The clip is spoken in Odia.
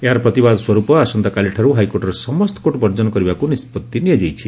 ଏହାର ପ୍ରତିବାଦ ସ୍ୱରୂପ ଆସନ୍ତାକାଲିଠାରୁ ହାଇକୋର୍ଟର ସମସ୍ତ କୋର୍ଟ ବର୍ଜନ କରିବାକୁ ନିଷ୍ବଉି ନିଆଯାଇଛି